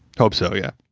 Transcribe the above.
hope so. yeah.